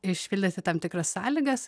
išpildyti tam tikras sąlygas